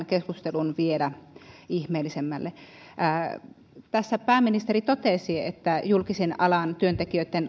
keskustelun kuulostamaan vielä ihmeellisemmälle pääministeri totesi että julkisen alan työntekijöitten